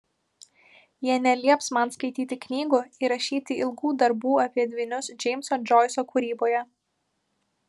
jie nelieps man skaityti knygų ir rašyti ilgų darbų apie dvynius džeimso džoiso kūryboje